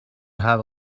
have